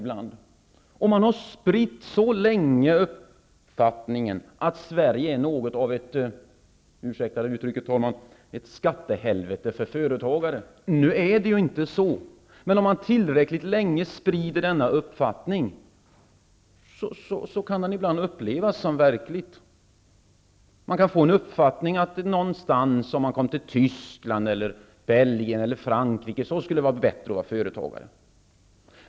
Länge har uppfattningen spritts att Sverige är något av ett -- ursäkta uttrycket, herr talman -- skattehelvete för företagare. Nu är det inte så! Men om den uppfattningen sprids under tillräckligt lång tid, upplevs den ibland som verklig. Man kan få uppfattningen att det är bättre att vara företagare i Tyskland, Belgien eller Frankrike.